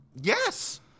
Yes